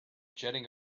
jetting